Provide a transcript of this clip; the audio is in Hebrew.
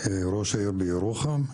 ראש העיר ירוחם.